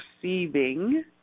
perceiving